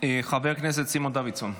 חבר הכנסת סימון דוידסון,